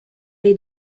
les